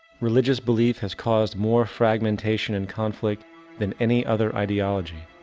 religious belief has caused more fragmentation and conflict than any other ideology.